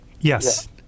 Yes